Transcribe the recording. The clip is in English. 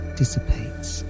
dissipates